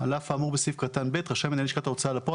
"על אף האמור בסעיף קטן (ב) רשאי מנהל לשכת ההוצאה לפועל